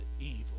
evil